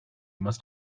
must